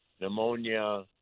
pneumonia